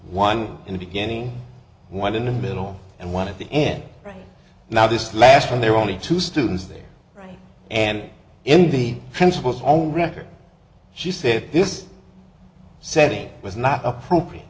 one in the beginning one in the middle and one at the end right now this last one there were only two students there and in the principal's own record she said this setting was not appropriate